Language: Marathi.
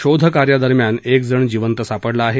शोधकार्यादरम्यान एक जण जिवंत सापडला आहे